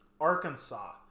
Arkansas